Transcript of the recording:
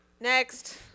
Next